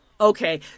Okay